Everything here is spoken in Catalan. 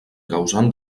causant